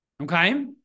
Okay